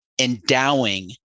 endowing